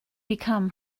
become